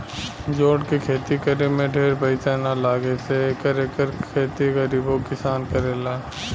jute के खेती करे में ढेर पईसा ना लागे से एकर खेती गरीबो किसान करेला